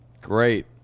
Great